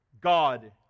God